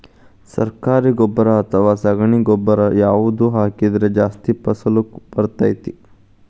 ಸರಕಾರಿ ಗೊಬ್ಬರ ಅಥವಾ ಸಗಣಿ ಗೊಬ್ಬರ ಯಾವ್ದು ಹಾಕಿದ್ರ ಜಾಸ್ತಿ ಫಸಲು ಬರತೈತ್ರಿ?